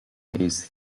hayes